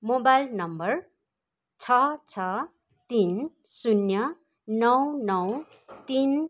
mobile number छ छ तिन शून्य नौ नौ तिन